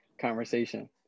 conversation